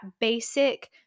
basic